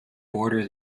borders